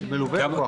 מלווה בכוח אדם.